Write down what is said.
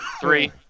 Three